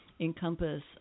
encompass